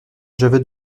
j’avais